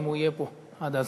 אם הוא יהיה פה עד אז.